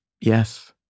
yes